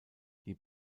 die